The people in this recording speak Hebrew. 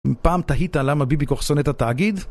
אם פעם תהית למה ביבי כל כך שונא את התאגיד